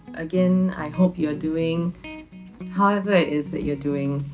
again i hope you're doing however it is that you're doing.